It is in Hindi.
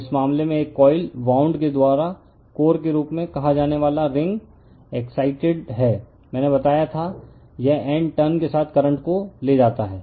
तो इस मामले में एक कोइल वाउंड के द्वारा कोर के रूप में कहा जाने वाला रिंग एक्ससाईट है मैंने बताया था यह N टर्न के साथ करंट को ले जाता है